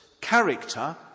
character